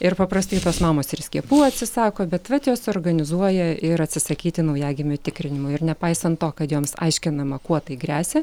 ir paprastai tos mamos ir skiepų atsisako bet vat jos organizuoja ir atsisakyti naujagimių tikrinimų ir nepaisant to kad joms aiškinama kuo tai gresia